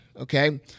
okay